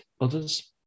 others